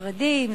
חרדים,